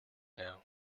now